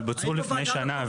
אבל בוצעו לפני שנה,